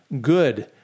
good